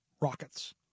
Rockets